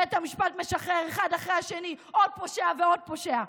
בית המשפט משחרר אחד אחרי השני עוד פושע ועוד פושע.